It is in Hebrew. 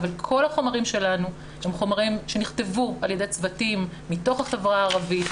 אבל כל החומרים שלנו הם חומרים שנכתבו על ידי צוותים מתוך החברה הערבית,